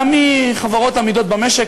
גם מחברות אמידות במשק,